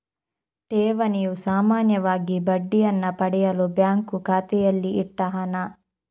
ಠೇವಣಿಯು ಸಾಮಾನ್ಯವಾಗಿ ಬಡ್ಡಿಯನ್ನ ಪಡೆಯಲು ಬ್ಯಾಂಕು ಖಾತೆಯಲ್ಲಿ ಇಟ್ಟ ಹಣ